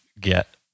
get